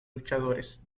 luchadores